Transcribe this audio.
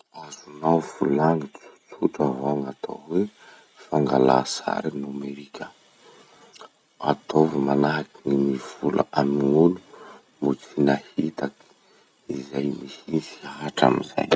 Azonao volagny tsotsora va gn'atao hoe fangalà sary nomerika? Ataovy manahaky gny mivola amy gn'olo mbo tsy nahita zay mihitsy hatramizay.